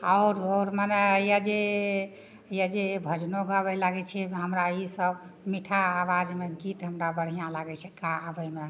आओर आओर मने हेए जे यऽ जे यऽ जे भजनो गाबै लागै छिए जे हमरा ईसब मीठा आवाजमे गीत हमरा बढ़िआँ लागै छै गाबैमे